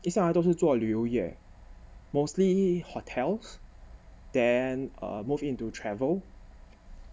一向来都是做旅游业 mostly hotels then err move into travel